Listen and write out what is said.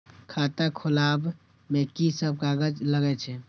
खाता खोलाअब में की सब कागज लगे छै?